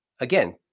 again